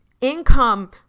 Income